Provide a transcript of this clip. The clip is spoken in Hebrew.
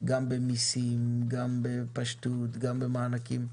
גם במיסים, גם בפשטות, גם במענקים.